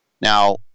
Now